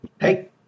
Hey